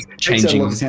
changing